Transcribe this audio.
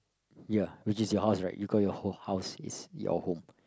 ya which is your house right you call your whole house is your home